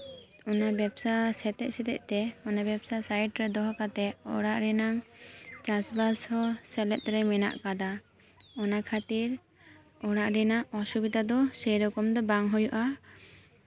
ᱚᱱᱟ ᱵᱮᱯᱥᱟ ᱥᱟᱣ ᱥᱟᱣᱛᱮ ᱚᱱᱟ ᱵᱮᱯᱥᱟ ᱥᱟᱹᱭᱤᱰ ᱨᱮ ᱫᱚᱦᱚ ᱠᱟᱛᱮᱫ ᱚᱲᱟᱜ ᱨᱮᱱᱟᱜ ᱪᱟᱥᱵᱟᱥ ᱦᱚᱸ ᱥᱮᱞᱮᱫ ᱨᱮ ᱢᱮᱱᱟᱜ ᱟᱠᱟᱫᱟ ᱚᱱᱟ ᱠᱷᱟᱹᱛᱤᱨ ᱚᱲᱟᱜ ᱨᱮᱱᱟᱜ ᱚᱥᱩᱵᱤᱫᱷᱟ ᱫᱚ ᱥᱮᱨᱚᱠᱚᱢ ᱫᱚ ᱵᱟᱝ ᱦᱩᱭᱩᱜᱼᱟ